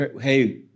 hey